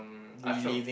mm I felt